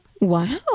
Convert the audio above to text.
Wow